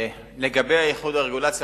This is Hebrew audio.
לגבי איחוד הרגולציה,